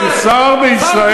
כן, שר בישראל.